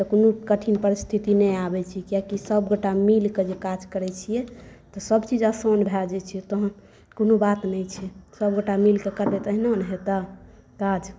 तऽ कोनो कठिन परिस्थिति नहि आबै छै जे सब गोटा मिलिकँ जे काज करै छियै तऽ सब चीज आसान भए जाइ छै तहन कोनो बात नहि छै सब गोटा मिलिकँ करबै तऽ एहिना ने हेतै काज